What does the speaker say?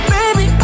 Baby